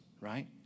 right